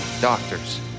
doctors